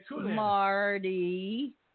Marty